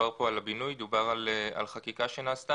דובר פה על הבינוי ועל חקיקה שנעשתה